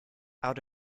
out